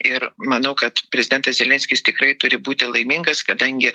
ir manau kad prezidentas zelenskis tikrai turi būti laimingas kadangi